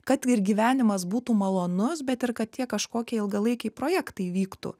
kad ir gyvenimas būtų malonus bet ir kad tie kažkokie ilgalaikiai projektai vyktų